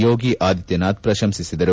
ಯೋಗಿ ಆದಿತ್ದನಾಥ್ ಪ್ರಶಂಸಿಸಿದರು